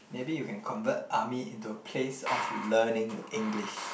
maybe you can convert army into a place of learning English